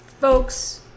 folks